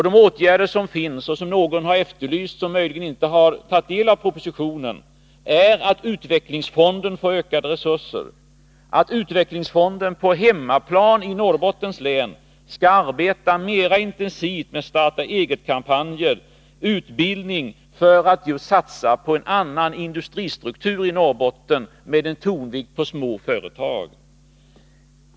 De åtgärder som har vidtagits — vilka har efterlysts av någon som möjligen inte har tagit del av propositionen — är att utvecklingsfonden får ökade resurser, att utvecklingsfonden på hemmaplan i Norrbottens län skall arbeta mera intensivt med starta-eget-kampanjer, utbildning för att just satsa på en annan industristruktur i Norrbotten med tonvikt på små företag.